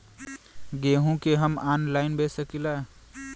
गेहूँ के हम ऑनलाइन बेंच सकी ला?